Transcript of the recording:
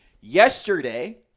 Yesterday